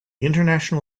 international